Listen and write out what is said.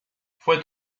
fue